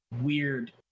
weird